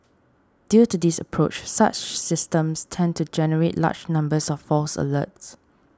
due to this approach such systems tend to generate large numbers of false alerts